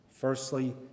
Firstly